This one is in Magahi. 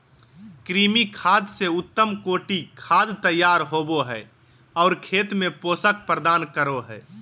कृमि खाद से उत्तम कोटि खाद तैयार होबो हइ और खेत में पोषक प्रदान करो हइ